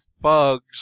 bugs